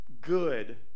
good